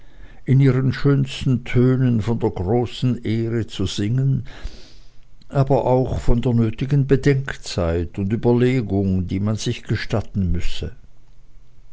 in ihren schönsten tönen von der großen ehre zu singen aber auch von der nötigen bedenkzeit und überlegung die man sich gestatten müsse